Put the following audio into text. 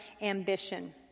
ambition